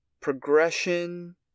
progression